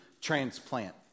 transplant